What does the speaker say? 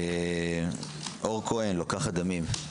אור כהן, לוקחת דמים.